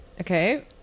Okay